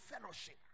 fellowship